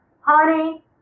Honey